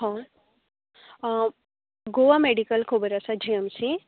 हय गोवा मेडिकल खबर आसा जी एम सी